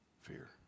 fear